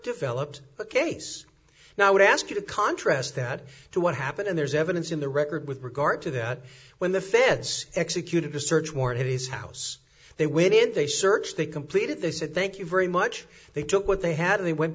developed a case now i would ask you to contrast that to what happened there's evidence in the record with regard to that when the fence executed a search warrant at his house they went in they searched they completed they said thank you very much they took what they had and he went